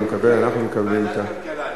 ועדת כלכלה,